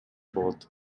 болот